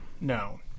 No